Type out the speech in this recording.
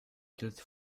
kills